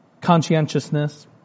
conscientiousness